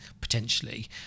potentially